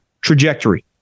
trajectory